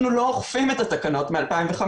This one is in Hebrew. אנחנו לא אוכפים את התקנות מ-2015,